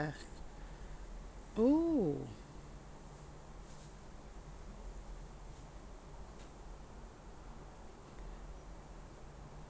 oh